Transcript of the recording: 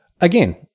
again